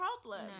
problem